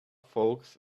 folks